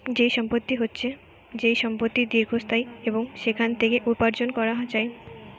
যেই সম্পত্তি হচ্ছে যেই সম্পত্তি দীর্ঘস্থায়ী এবং সেখান থেকে উপার্জন করা যায়